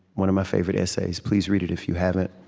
one of my favorite essays. please read it if you haven't.